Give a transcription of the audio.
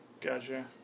Gotcha